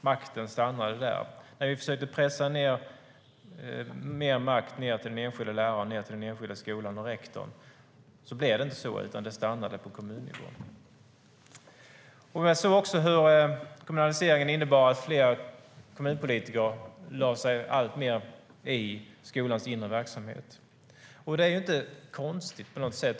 Makten stannade där. När vi försökte pressa ned mer makt till den enskilda läraren, till den enskilda skolan och rektorn blev det inte så. Det stannade på kommunnivå. Jag såg också hur kommunaliseringen innebar att fler kommunpolitiker alltmer lade sig i skolans inre verksamhet. Det är inte på något sätt konstigt.